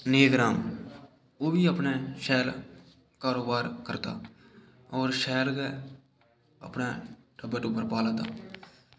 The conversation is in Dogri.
नेक राम ओह् बी शैल अपनै कारोबार करदा होर शैल गै अपने टब्बर टुब्बर पाला दा